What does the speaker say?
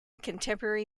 contemporary